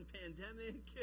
pandemic